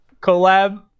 Collab